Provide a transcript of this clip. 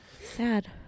Sad